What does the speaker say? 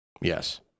yes